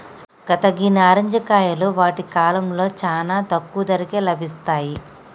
లత గీ నారింజ కాయలు వాటి కాలంలో చానా తక్కువ ధరకే లభిస్తాయి